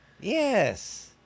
Yes